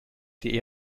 die